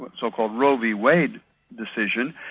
but so-called roe v wade decision,